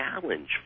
challenge